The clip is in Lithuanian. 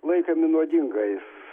laikomi nuodingais